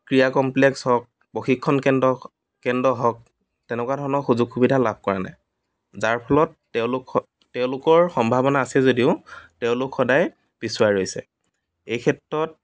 ক্ৰীড়া কমপ্লেক্স হওক প্ৰশিক্ষণ কেন্দ্ৰ কেন্দ্ৰ হওক তেনেকুৱা ধৰণৰ সুযোগ সুবিধা লাভ কৰা নাই যাৰ ফলত তেওঁলোক তেওঁলোকৰ সম্ভাৱনা আছে যদিও তেওঁলোক সদায় পিছুৱাই ৰৈছে এই ক্ষেত্ৰত